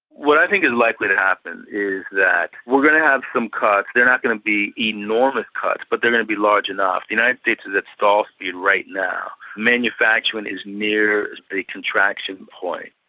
what i think is likely to happen is that we're going to have some cuts-they're not going to be enormous cuts, but they're going to be large enough. the united states is at stall speed right now. manufacturing is near as a contraction point.